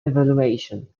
evaluation